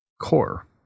core